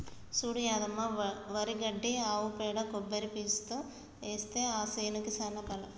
చూడు యాదమ్మ వరి గడ్డి ఆవు పేడ కొబ్బరి పీసుతో ఏస్తే ఆ సేనుకి సానా బలం